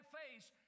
face